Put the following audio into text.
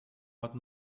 but